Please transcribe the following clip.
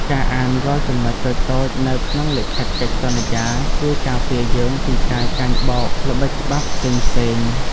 ការអានរាល់ចំណុចតូចៗនៅក្នុងលិខិតកិច្ចសន្យាជួយការពារយើងពីការចាញ់បោកល្បិចច្បាប់ផ្សេងៗ។